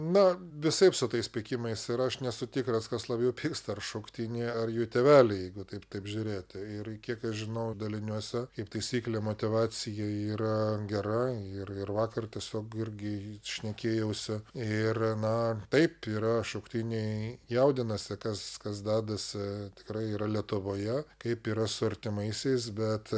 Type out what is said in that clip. na visaip su tais pykimais ir aš nesu tikras kas labiau pyksta ar šauktiniai ar jų tėveliai jeigu taip taip žiūrėti ir kiek žinau daliniuose kaip taisyklė motyvacija yra gera ir ir vakar tiesiog irgi šnekėjausi ir na taip yra šauktiniai jaudinasi kas kas dedasi tikrai yra lietuvoje kaip yra su artimaisiais bet